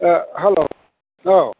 hello औ